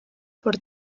por